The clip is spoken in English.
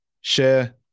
share